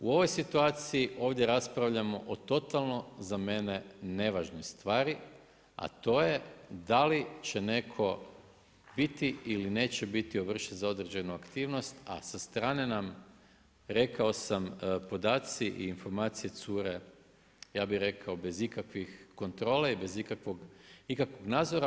U ovoj situaciji ovdje raspravljamo o totalno za mene nevažne stvari, a to je da li će netko biti ili neće biti ovršen za određenu aktivnost, a sa strane nam rekao sam podaci i informacije cure ja bih rekao bez ikakvih kontrole i bez ikakvog nadzora.